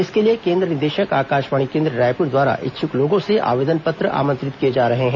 इसके लिए केन्द्र निदेशक आकाशवाणी केन्द्र रायपुर द्वारा इच्छक लोंगों से आवेदन पत्र आमंत्रित किए जा रहे हैं